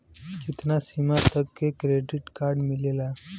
कितना सीमा तक के क्रेडिट कार्ड मिलेला?